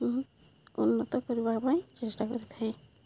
ମୁଁ ଉନ୍ନତ କରିବା ପାଇଁ ଚେଷ୍ଟା କରିଥାଏ